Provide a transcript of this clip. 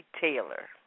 taylor